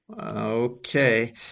Okay